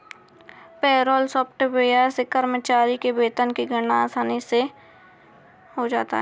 payroll software से कर्मचारी के वेतन की गणना आसानी से हो जाता है